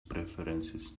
preferences